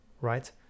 Right